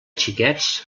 xiquets